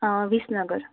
Visnagar